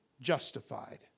justified